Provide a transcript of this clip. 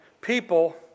people